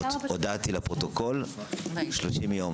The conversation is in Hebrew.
הודעתי לפרוטוקול 30 יום,